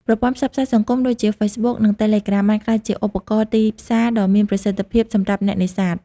ប្រព័ន្ធផ្សព្វផ្សាយសង្គមដូចជាហ្វេសប៊ុក និងតេឡេក្រាម បានក្លាយជាឧបករណ៍ទីផ្សារដ៏មានប្រសិទ្ធភាពសម្រាប់អ្នកនេសាទ។